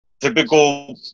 Typical